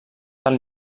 del